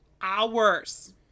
hours